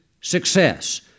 success